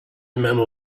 memo